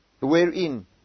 wherein